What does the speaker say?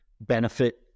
benefit